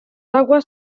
aguas